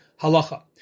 halacha